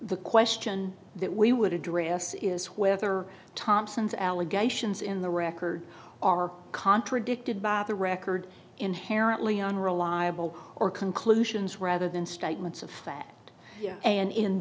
the question that we would address is whether thompson's allegations in the record are contradicted by the record inherently unreliable or conclusions rather than statements of fact and in